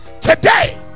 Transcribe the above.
today